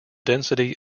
density